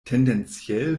tendenziell